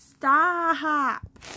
Stop